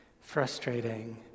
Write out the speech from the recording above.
frustrating